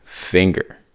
finger